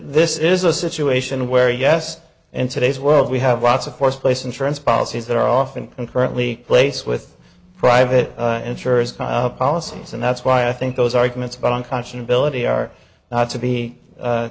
this is a situation where yes and today's world we have lots of first place insurance policies that are often concurrently place with private insurers policies and that's why i think those arguments about unconscionable ety are not to be